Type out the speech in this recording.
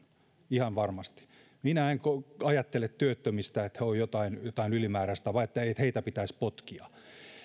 ihan varmasti minä en ajattele työttömistä että he ovat jotain ylimääräistä tai että heitä pitäisi potkia